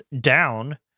down